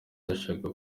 ndashaka